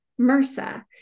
MRSA